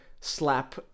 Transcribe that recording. slap